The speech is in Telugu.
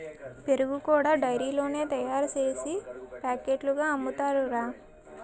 పెరుగు కూడా డైరీలోనే తయారుసేసి పాకెట్లుగా అమ్ముతారురా